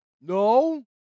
No